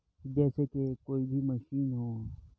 جیسے کہ کوئی بھی مشین ہو